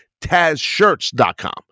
TazShirts.com